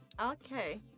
Okay